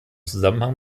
zusammenhang